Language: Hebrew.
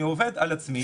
אני עובד על עצמי.